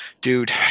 dude